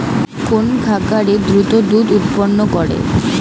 কোন খাকারে দ্রুত দুধ উৎপন্ন করে?